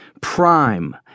Prime